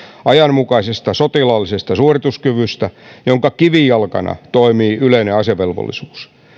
ajanmukaisesta sotilaallisesta suorituskyvystä jonka kivijalkana toimii yleinen asevelvollisuus